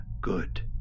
good